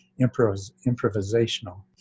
improvisational